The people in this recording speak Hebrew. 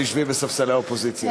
תשבי על ספסלי האופוזיציה.